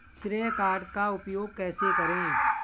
श्रेय कार्ड का उपयोग कैसे करें?